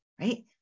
right